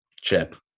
chip